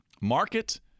market